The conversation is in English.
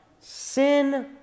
sin